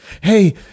Hey